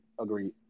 agreed